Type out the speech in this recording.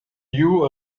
you